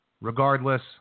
Regardless